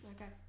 Okay